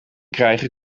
krijgen